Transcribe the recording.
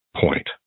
point